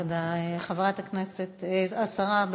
תודה, השרה.